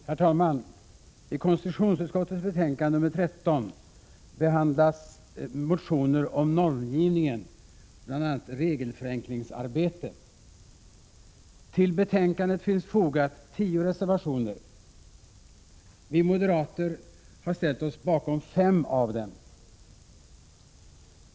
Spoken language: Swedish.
Herr talman! I konstitutionsutskottets betänkande 13 behandlas motioner om normgivningen, bl.a. regelförenklingsarbetet. Till betänkandet finns fogade 10 reservationer. Vi moderater har ställt oss bakom fem av dem.